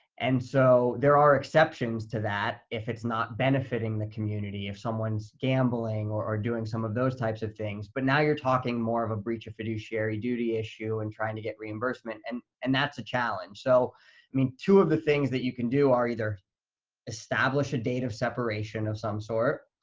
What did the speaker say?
and so there are exceptions to that, if it's not benefiting the community, if someone's gambling or doing some of those types of things, but now you're talking more of a breach of fiduciary duty issue and trying to get reimbursement, and and that's a challenge. so i mean, two of the things that you can do are either establish a date of separation of some sort